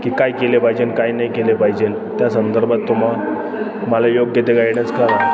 की काय केले पाहिजेन काय नाही केले पाहिजेन त्या संदर्भात तुम्ही मला योग्य ते गायडन्स करा